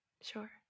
Sure